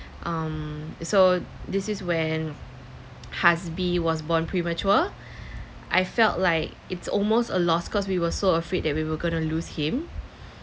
um so this is when Hazbi was born premature I felt like it's almost a loss cause we were so afraid that we were gonna lose him